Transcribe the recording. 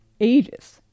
ages